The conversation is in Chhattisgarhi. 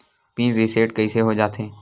पिन रिसेट कइसे हो जाथे?